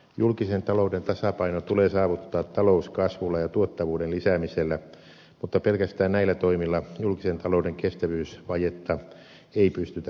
julkisen talouden tasapaino tulee saavuttaa talouskasvulla ja tuottavuuden lisäämisellä mutta pelkästään näillä toimilla julkisen talouden kestävyysvajetta ei pystytä paikkaamaan